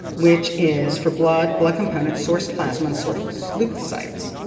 which is for blood, blood components, source plasma and source leukocytes.